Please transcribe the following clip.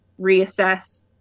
reassess